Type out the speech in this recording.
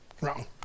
wrong